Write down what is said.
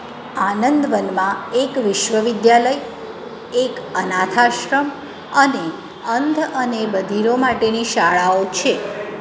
આનંદવનમાં એક વિશ્વવિદ્યાલય એક અનાથાશ્રમ અને અંધ અને બધીરો માટેની શાળાઓ છે